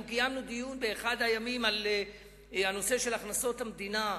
אנחנו קיימנו דיון באחד הימים על הנושא של הכנסות המדינה,